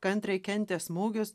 kantriai kentė smūgius